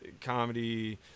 comedy